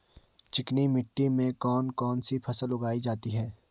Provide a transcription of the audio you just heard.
चिकनी मिट्टी में कौन कौन सी फसल उगाई जाती है?